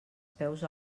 peus